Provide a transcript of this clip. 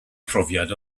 profiad